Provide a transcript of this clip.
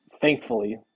thankfully